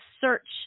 search